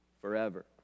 forever